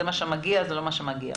זה מה שמגיע וזה מה שלא מגיע.